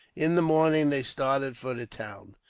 in the morning, they started for the town.